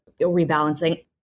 rebalancing